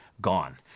gone